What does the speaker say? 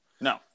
No